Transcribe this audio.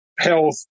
health